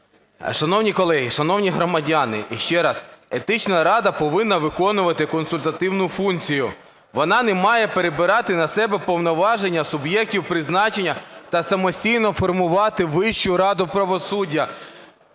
Шановні колеги, шановні громадяни, ще раз, Етична рада повинна виконувати консультативну функцію. Вони не має перебирати на себе повноваження суб'єктів призначення та самостійно формувати Вищу раду правосуддя.